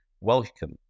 Welcome